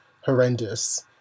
horrendous